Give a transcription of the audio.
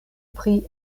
pri